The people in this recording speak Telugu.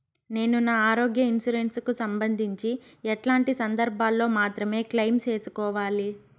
నేను నా ఆరోగ్య ఇన్సూరెన్సు కు సంబంధించి ఎట్లాంటి సందర్భాల్లో మాత్రమే క్లెయిమ్ సేసుకోవాలి?